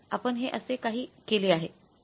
आपण हे असे काही केले आहे